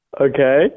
Okay